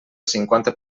cinquanta